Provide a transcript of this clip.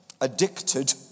addicted